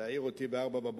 להעיר אותי ב-04:00,